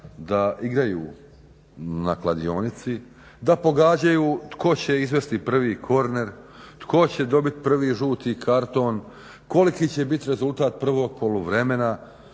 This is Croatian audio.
da igraju na kladionici, da pogađaju tko će izvesti prvi korner, tko će dobiti prvi žuti karton, koliki će biti rezultat prvog poluvremena,